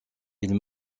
ils